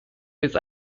his